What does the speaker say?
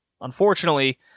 Unfortunately